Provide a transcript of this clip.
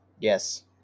Yes